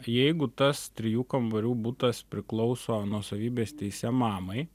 jeigu tas trijų kambarių butas priklauso nuosavybės teise mamai